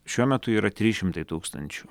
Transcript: šiuo metu yra trys šimtai tūkstančių